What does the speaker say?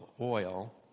oil